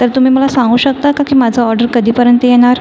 तर तुम्ही मला सांगू शकता का की माझा ऑर्डर कधीपर्यंत येणार